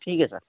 ठीक है सर